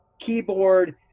keyboard